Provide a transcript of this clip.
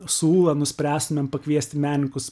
su ūla nuspręstumėm pakviesti menininkus